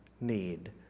need